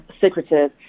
secretive